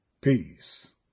Peace